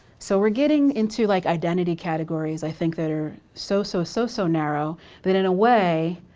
so we're getting into like identity categories, i think, that are so, so, so, so narrow that in a way,